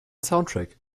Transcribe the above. soundtrack